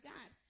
God